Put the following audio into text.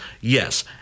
yes